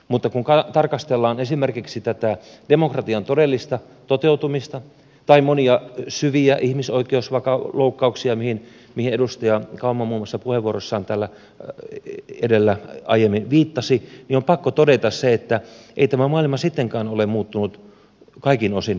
mutta kun tarkastellaan esimerkiksi tätä demokratian todellista toteutumista tai vaikka monia syviä ihmisoikeusloukkauksia mihin edustaja kauma muun muassa puheenvuorossaan täällä aiemmin viittasi niin on pakko todeta se että ei tämä maailma sittenkään ole muuttunut kaikin osin paremmaksi